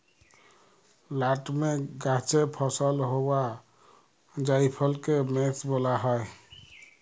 nutmeg গাহাচে ফলল হউয়া জাইফলকে মেস ব্যলা হ্যয়